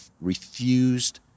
refused